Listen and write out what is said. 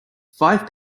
five